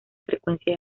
frecuencia